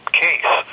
case